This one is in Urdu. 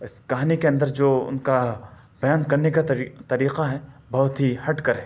اس کہانی کے اندر جو ان کا بیان کرنے کا طریقہ ہے بہت ہی ہٹ کر ہے